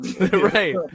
right